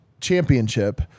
championship